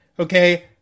Okay